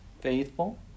faithful